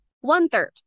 one-third